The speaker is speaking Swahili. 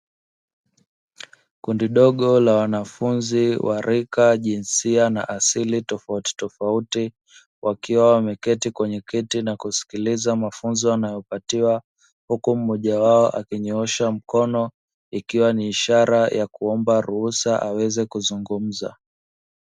Kundi dogo la wanafunzi wa rika, jinsia na asili tofauti tofauti wakiwa wameketi kwenye kiti na kusikiliza mafunzo wanayopatiwa, huku mmoja wao akinyoosha mkono ikiwa ni ishara ya kuomba ruhusa aweze kuzungumza.